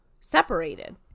separated